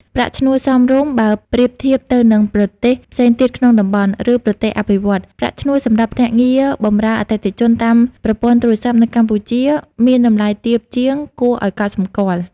ប្រាក់ឈ្នួលសមរម្យ បើប្រៀបធៀបទៅនឹងប្រទេសផ្សេងទៀតក្នុងតំបន់ ឬប្រទេសអភិវឌ្ឍន៍ ប្រាក់ឈ្នួលសម្រាប់ភ្នាក់ងារបម្រើអតិថិជនតាមប្រព័ន្ធទូរស័ព្ទ នៅកម្ពុជាមានតម្លៃទាបជាងគួរឱ្យកត់សម្គាល់។